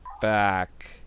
back